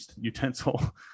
utensil